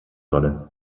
sollen